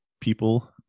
people